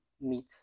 meet